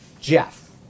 Jeff